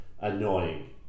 annoying